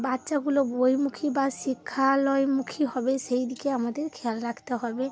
বাচ্চাগুলো বইমুখী বা শিক্ষালয়মুখী হবে সেই দিকে আমাদের খেয়াল রাখতে হবে